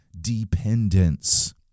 dependence